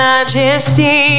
Majesty